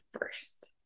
first